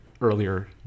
earlier